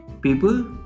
People